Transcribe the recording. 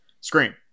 Scream